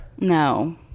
No